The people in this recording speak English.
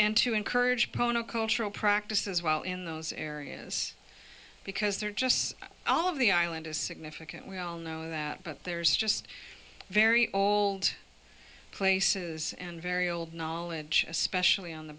and to encourage pono cultural practices as well in those areas because they're just all of the island is significant we all know that but there's just very old places and very old knowledge especially on the